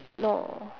no